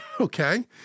Okay